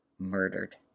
murdered